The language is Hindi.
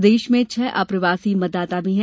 प्रदेश में छह अप्रवासी मतदाता भी हैं